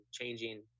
changing